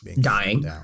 dying